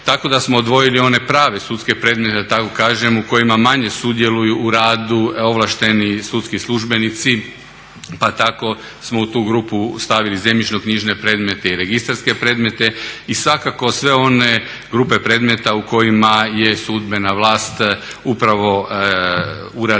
tako da smo odvojili one prave sudske predmete da tako kažem, u kojima manje sudjeluju u radu ovlašteni sudski službenici. Pa tako smo u tu grupu stavili zemljišno-knjižne predmete i registarske predmete i svakako sve one grupe predmeta u kojima je sudbena vlast upravo u realizaciji